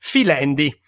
Filendi